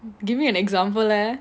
give me an example lah